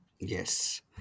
yes